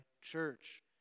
church